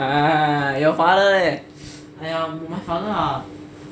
ya your father leh